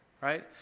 Right